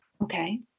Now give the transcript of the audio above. Okay